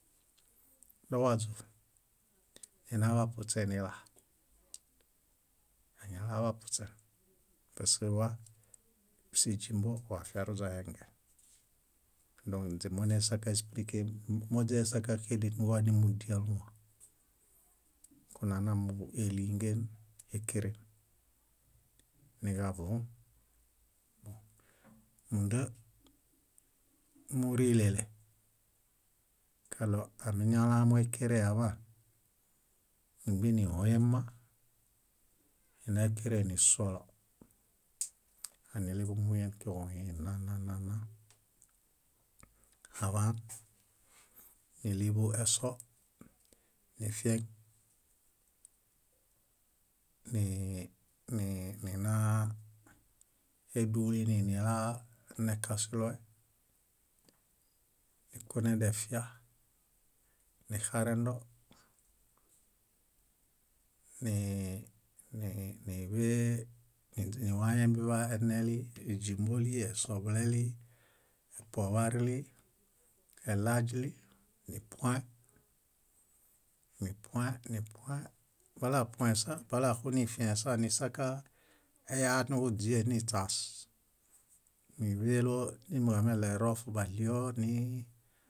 dowaźu ninaḃapuśenila, añalaḃapuśẽ paske wa síźimbo wafiaruźahengen. Dõ ínźemoźesakaesplike móźesakaxeden wa nímudialuwa. Kunana muġuelingen ékeren, niġavũũ. Múnda múrilele kaɭo amiñalamu ékerẽhe aḃaan, nímbienihuyẽ ma, nina ékerẽhe nisuolo, ánileḃuhuyẽ kuġuhĩ nna nna nna nna, aḃaan níliḃu eso nifieŋ, nii- nii- ninaa édunini nilanekasuloe, nikunẽdefia nixarendo, nii- nii- niḃe- niwayẽbiḃa eneli éźumboli, esoḃuleli, epoḃarli, elaźili nipuõe, nipuõe, nipuõe. Balapuõesa balaxunifiẽesa nixakaeya niġuźie niśaas, níḃelo miniġulemeɭo erof baɭio ni